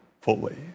fully